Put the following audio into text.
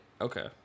Okay